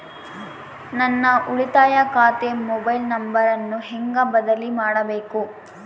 ನನ್ನ ಉಳಿತಾಯ ಖಾತೆ ಮೊಬೈಲ್ ನಂಬರನ್ನು ಹೆಂಗ ಬದಲಿ ಮಾಡಬೇಕು?